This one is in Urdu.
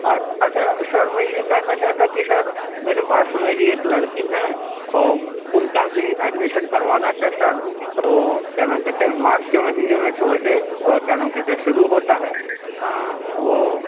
اچھا سر میں یہ کہنا چاہتا کہ سر میرے پاس میری ایک لڑکی ہے اور ان کا بھی ایڈمیشن کروانا تھا سر توکیا نام کہتے ہے مارچ کے مہینے میں تو ویسے کیا نام کہتے ہیں شروع ہوتا ہے وہ